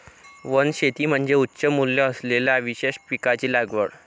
वनशेती म्हणजे उच्च मूल्य असलेल्या विशेष पिकांची लागवड